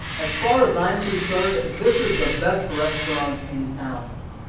as far as i'm concerned, this is the best restaurant in town.